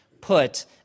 put